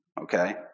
okay